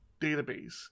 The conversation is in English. database